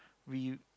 we